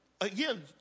again